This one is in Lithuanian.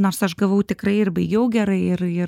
nors aš gavau tikrai ir baigiau gerai ir ir